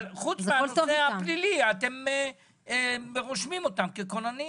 אבל חוץ מהנושא הפלילי, אתם רושמים אותם ככוננים.